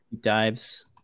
dives